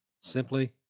Simply